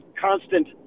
constant